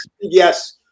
Yes